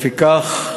לפיכך,